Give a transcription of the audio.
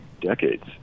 decades